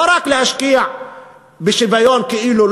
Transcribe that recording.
לא רק להשקיע בשוויון כאילו.